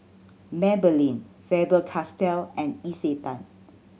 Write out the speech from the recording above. Maybelline Faber Castell and Isetan